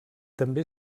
també